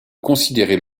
considérer